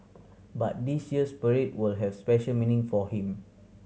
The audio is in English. but this year's parade will have special meaning for him